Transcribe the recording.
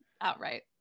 outright